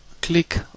click